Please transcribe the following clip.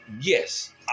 Yes